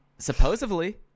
Supposedly